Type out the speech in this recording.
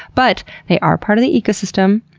but they are part of the ecosystem,